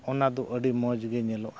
ᱚᱱᱟ ᱫᱚ ᱟᱹᱰᱤ ᱢᱚᱡᱽᱜᱮ ᱧᱮᱞᱚᱜᱼᱟ